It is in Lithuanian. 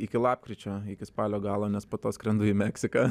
iki lapkričio iki spalio galo nes po to skrendu į meksiką